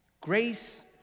grace